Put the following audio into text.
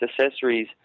accessories